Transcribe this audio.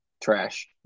trash